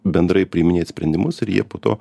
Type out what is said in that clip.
bendrai priiminėt sprendimus ir jie po to